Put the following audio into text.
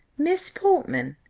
miss portman,